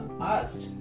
asked